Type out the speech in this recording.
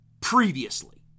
previously